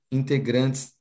integrantes